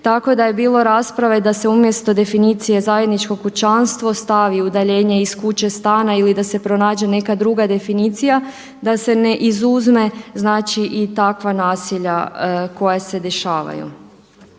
tako da je bilo rasprave da se umjesto definicije zajedničko kućanstvo stavi udaljenje iz kuće, stana ili da se pronađe neka druga definicija, da se ne izuzme znači i takva nasilja koja se dešavaju.